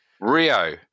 Rio